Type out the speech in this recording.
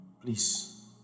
Please